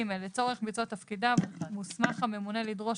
(ג)לצורך ביצוע תפקידיו מוסמך הממונה לדרוש